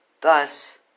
Thus